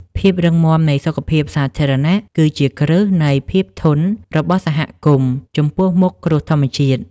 ភាពរឹងមាំនៃសុខភាពសាធារណៈ គឺជាគ្រឹះនៃភាពធន់របស់សហគមន៍ចំពោះមុខគ្រោះធម្មជាតិ។